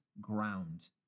ground